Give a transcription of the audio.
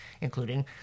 including